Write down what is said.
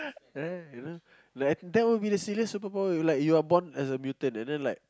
right you know that will be the silliest superpower you like you are born as a mutant and then you like